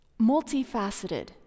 multifaceted